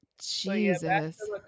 jesus